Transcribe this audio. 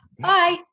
Bye